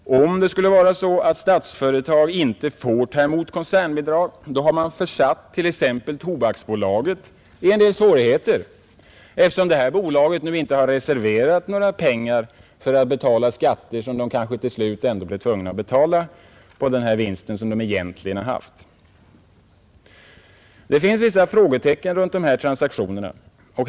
Och om det skulle vara så att Statsföretag inte får ta emot koncernbidrag, så har man försatt t.ex. Tobaksbolaget i en del svårigheter, eftersom det bolaget inte reserverat pengar för att betala skatt på den vinst som man kanske blir tvungen att redovisa. Det finns vissa frågetecken vid dessa transaktioner.